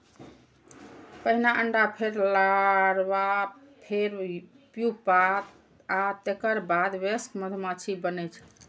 पहिने अंडा, फेर लार्वा, फेर प्यूपा आ तेकर बाद वयस्क मधुमाछी बनै छै